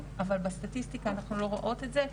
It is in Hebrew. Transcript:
אבל בסטטיסטיקה אנחנו לא רואות את זה.